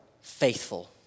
faithful